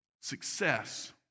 Success